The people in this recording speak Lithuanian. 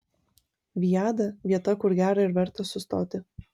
viada vieta kur gera ir verta sustoti